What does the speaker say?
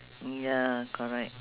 ya correct